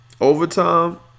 Overtime